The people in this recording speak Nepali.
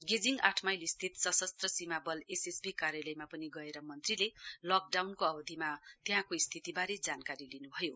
गेजिङ आठमाइल स्थित सशस्त्र सीमा बलका एसएसबी कार्यालयमा पनि गएर मन्त्रीले लकडाउनको अवधिमा त्यहाँको स्थितिबारे जानकारी लिनुभयो